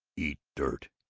eat dirt.